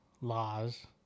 laws